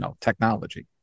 technology